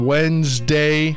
Wednesday